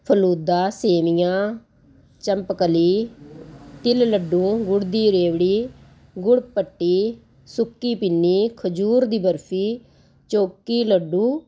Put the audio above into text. ਫਲੂਦਾ ਸੇਵੀਆ ਚੰਪਕਲੀ ਤਿਲ ਲੱਡੂ ਗੁੜ ਦੀ ਰੇਵੜੀ ਗੁੜ ਪੱਟੀ ਸੁੱਕੀ ਪਿੰਨੀ ਖਜੂਰ ਦੀ ਬਰਫੀ ਚੋਕੀ ਲੱਡੂ